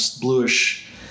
bluish